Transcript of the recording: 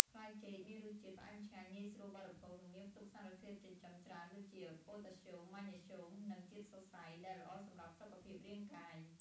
ផ្លែចេកមានរសជាតិ ផ្អែមឆ្ងាញ់ ងាយស្រួលបរិភោគ និងមានផ្ទុកសារធាតុចិញ្ចឹមច្រើនដូចជា ប៉ូតាស្យូម ម៉ាញ៉េស្យូម និង ជាតិសរសៃ ដែលល្អសម្រាប់សុខភាពរាងកាយ។